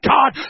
God